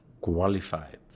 qualified